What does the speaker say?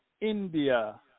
India